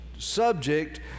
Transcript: subject